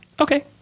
Okay